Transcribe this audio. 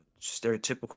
stereotypical